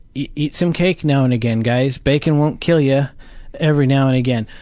eat some cake now and again guys. bacon won't kill ya every now and again,